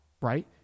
right